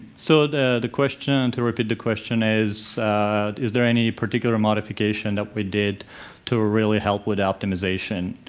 so the the question, to repeat the question, is is there any particular modification that we did to ah really help with optimization?